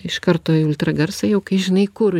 iš karto į ultragarsą jau kai žinai kur